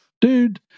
Dude